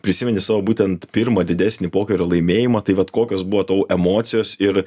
prisimeni savo būtent pirmą didesnį pokario laimėjimą tai vat kokios buvo tavo emocijos ir